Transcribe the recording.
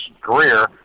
career